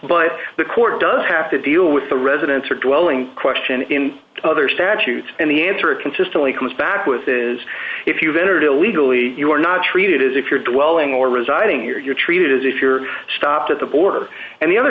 but the court does have to deal with the residents or dwelling question in other statutes and the answer it consistently comes back with is if you've entered illegally you are not treated as if you're dwelling or residing here you're treated as if you're stopped at the border and the other